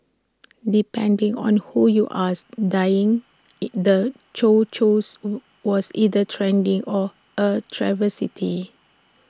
depending on who you ask dyeing the chow Chows was either trendy or A travesty